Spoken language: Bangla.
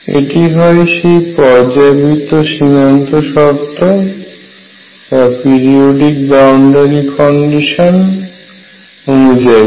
এটি হয় সেই পর্যায়বৃত্ত সীমান্ত শর্তঅনুযায়ী